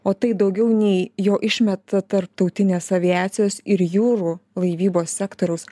o tai daugiau nei jo išmeta tarptautinės aviacijos ir jūrų laivybos sektoriaus